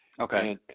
Okay